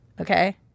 okay